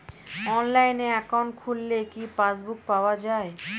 অনলাইনে একাউন্ট খুললে কি পাসবুক পাওয়া যায়?